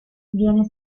viene